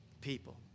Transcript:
people